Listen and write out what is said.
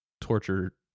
torture